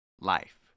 Life